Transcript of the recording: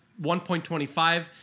1.25